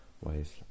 ways